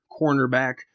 cornerback